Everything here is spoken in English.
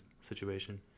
situation